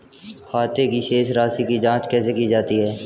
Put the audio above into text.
खाते की शेष राशी की जांच कैसे की जाती है?